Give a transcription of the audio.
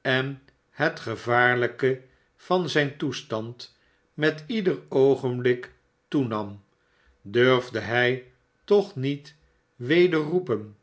en het gevaarlijke van zijn toestand met leder oogenblik toenam durfde hij toch niet weder roepen